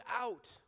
out